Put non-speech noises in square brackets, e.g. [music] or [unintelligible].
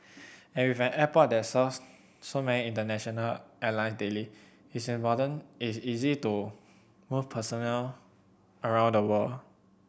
and with an airport that serves so many international airline daily it's a [unintelligible] it's easy to move personnel around the world